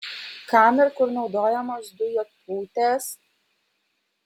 kam ir kur naudojamos dujopūtės